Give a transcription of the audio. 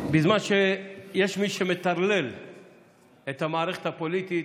בזמן שיש מי שמטרלל את המערכת הפוליטית,